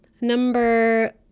number